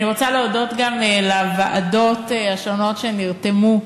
אני רוצה להודות גם לוועדות השונות שנרתמו,